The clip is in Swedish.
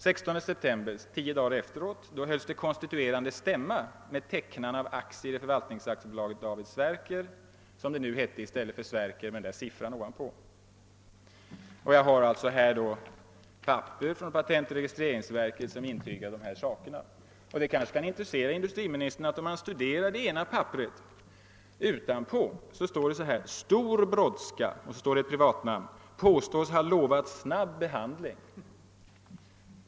Då kom någonting som heter stiftelsekungörelse för Aktiebolaget Sverker 279. Jag har här papper från patentoch registreringsverket som intygar dessa fakta. Det kan intressera industriministern, att om man studerar det ena papperet utanpå så finner man orden »Stor brådska» och så ett privatnamn samt »påstås ha lovat snabb behandling«.